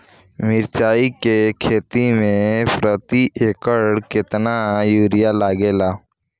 मिरचाई के खेती मे प्रति एकड़ केतना यूरिया लागे ला?